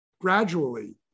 gradually